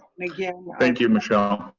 and yeah thank you, michelle.